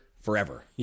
forever